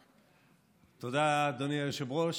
תודה, אדוני היושב-ראש.